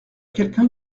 quelqu’un